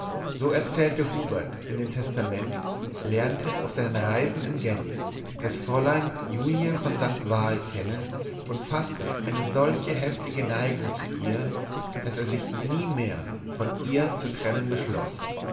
so erzählte hubert in dem testament lernte auf seinen reisen in genf das fräulein julie von st val kennen und faßte eine solche heftige neigung zu ihr daß er sich nie mehr von ihr zu trennen beschloß